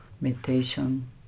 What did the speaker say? meditation